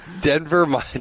Denver